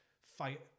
fight